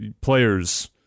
players